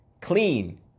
Clean